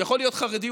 הוא יכול להיות חרדי,